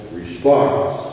response